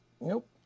Nope